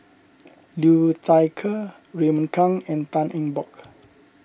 Liu Thai Ker Raymond Kang and Tan Eng Bock